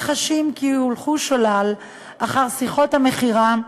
חשים כי הולכו שולל אחר שיחות המכירה,